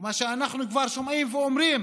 מה שאנחנו כבר שומעים ואומרים